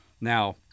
Now